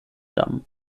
damm